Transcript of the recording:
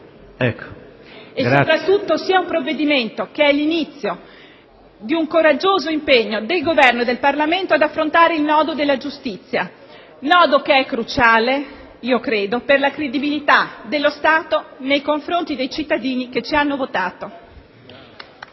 e, soprattutto, perché esso sia l'inizio di un coraggioso impegno del Governo e del Parlamento ad affrontare il nodo della giustizia, nodo che io ritengo cruciale per la credibilità dello Stato nei confronti dei cittadini che ci hanno votato.